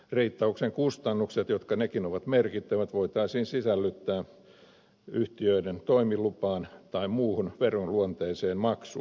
reittauksen kustannukset jotka nekin ovat merkittävät voitaisiin sisällyttää yhtiöiden toimilupaan tai muuhun veronluonteiseen maksuun